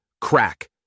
crack